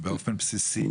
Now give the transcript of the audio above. באופן בסיסי.